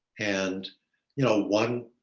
and you know, one,